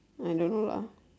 I don't know lah